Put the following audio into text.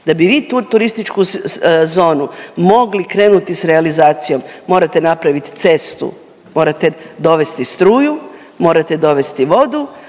Da bi vi tu turističku zonu mogli krenuti s realizacijom, morate napraviti cestu, morate dovesti struju, morate dovesti vodu,